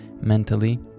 mentally